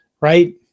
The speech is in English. right